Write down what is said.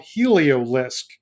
Heliolisk